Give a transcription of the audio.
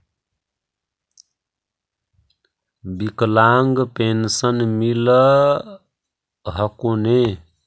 विकलांग पेन्शन मिल हको ने?